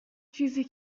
چیزی